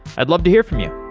i'd love to hear from you.